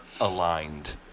aligned